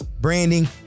branding